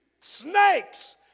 Snakes